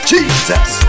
Jesus